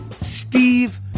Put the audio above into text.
Steve